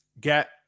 get